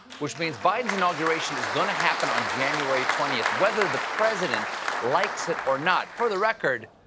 which means biden's inauguration is going to happen on january twenty, whether the president likes it or not. for the record,